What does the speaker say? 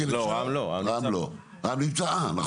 לא, רע"מ לא, רע"מ נמצא פה.